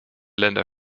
länder